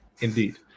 Indeed